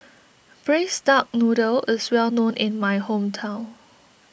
Braised Duck Noodle is well known in my hometown